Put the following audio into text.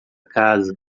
casa